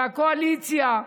והקואליציה,